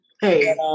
Hey